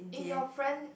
in your friend